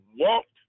walked